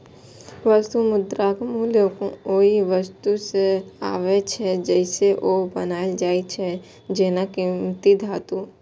वस्तु मुद्राक मूल्य ओइ वस्तु सं आबै छै, जइसे ओ बनायल जाइ छै, जेना कीमती धातु